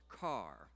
car